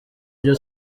ibyo